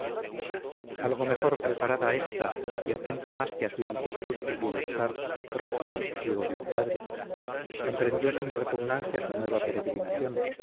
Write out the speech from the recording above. algo mejor preparada ésta y atenta más que a su quietud y bienestar propio al sosiego de su padre emprendió sin repugnancia su nueva peregrinación